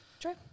True